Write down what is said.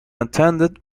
attended